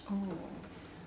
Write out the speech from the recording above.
oh